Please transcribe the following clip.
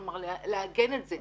כלומר, לעגן את זה.